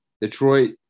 Detroit